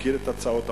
מכיר את הצעות החוק,